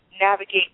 navigate